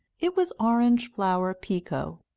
it was orange-flower pekoe,